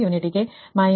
452 ಮೌಲ್ಯ